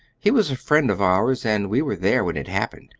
he was a friend of ours, and we were there when it happened.